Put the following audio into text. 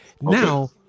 now